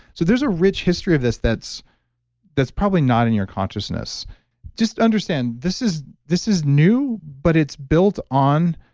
so there's a rich history of this that's that's probably not in your consciousness just understand, this is this is new, but it's built on